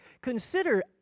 consider